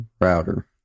Router